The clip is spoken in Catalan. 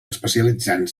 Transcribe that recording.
especialitzant